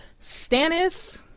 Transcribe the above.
Stannis